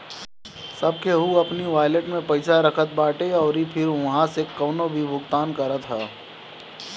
सब केहू अपनी वालेट में पईसा रखत बाटे अउरी फिर उहवा से कवनो भी भुगतान करत हअ